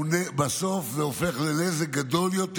בסוף זה הופך לנזק גדול יותר.